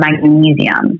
magnesium